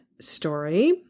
story